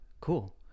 Cool